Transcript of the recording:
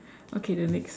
okay the next